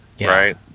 right